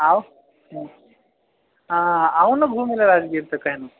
आउ अहाँ आउँ ने घुमि लऽ राजगीर तऽ कहनो